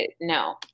no